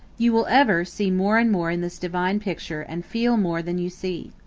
you will ever see more and more in this divine picture and feel more than you see.